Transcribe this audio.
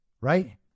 Right